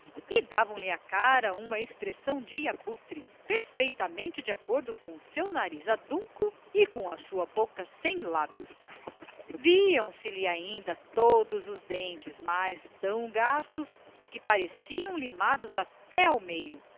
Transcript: e davam-lhe à cara uma expressão de abutre perfeitamente de acordo com o seu nariz adunco e com a sua boca sem lábios viam-se-lhe ainda todos os dentes mas tão gastos que pareciam limados até ao meio